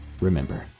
Remember